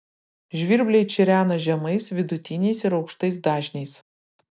žvirbliai čirena žemais vidutiniais ir aukštais dažniais